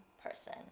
person